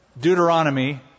Deuteronomy